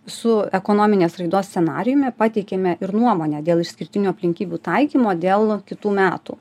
su ekonominės raidos scenarijumi pateikėme ir nuomonę dėl išskirtinių aplinkybių taikymo dėl kitų metų